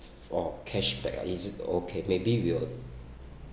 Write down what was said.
oh cashback ah is it okay maybe we'll